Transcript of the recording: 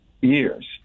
years